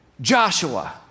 Joshua